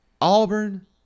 Auburn